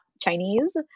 Chinese